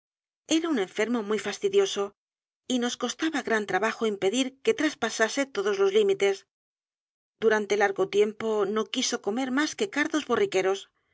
era un enfermo muy fastidioso y nos costaba gran trabajo impedir que traspasase todos los límites durante largo tiempo no quiso comer mas que cardos borriqueros